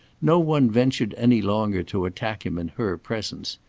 no one ventured any longer to attack him in her presence,